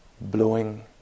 blowing